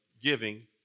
giving